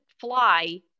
fly